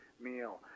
meal